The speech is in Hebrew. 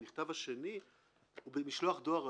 והמכתב השני הוא במשלוח דואר רגיל.